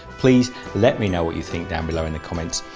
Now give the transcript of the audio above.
please let me know what you think down below in the comments.